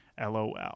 lol